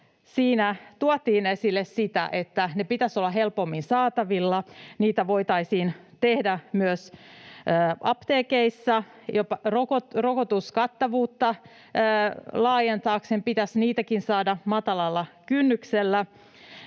siinä tuotiin esille sitä, että niiden pitäisi olla helpommin saatavilla ja niitä voitaisiin tehdä myös apteekeissa. Rokotuskattavuuden laajentamiseksi pitäisi rokotteitakin saada matalalla kynnyksellä